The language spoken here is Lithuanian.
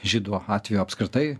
žydų atveju apskritai